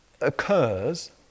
occurs